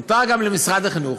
מותר גם למשרד החינוך,